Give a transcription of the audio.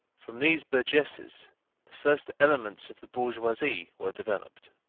from these burgesses the first elements of the bourgeoisie were developed.